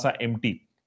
empty